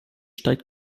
steigt